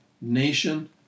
nation